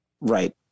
Right